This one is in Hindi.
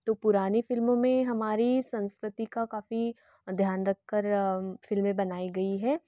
तो पुरानी फ़िल्मों में हमारी संस्कृति का काफ़ी ध्यान रख कर फ़िल्में बनाई गई है